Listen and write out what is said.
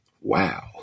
Wow